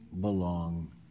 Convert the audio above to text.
belong